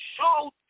show